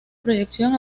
proyección